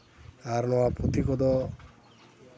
ᱟᱨ ᱱᱚᱣᱟ ᱯᱩᱛᱷᱤ ᱠᱚᱫᱚ